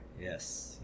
yes